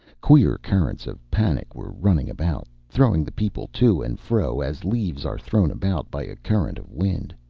queer currents of panic were running about, throwing the people to and fro as leaves are thrown about by a current of wind.